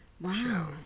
Wow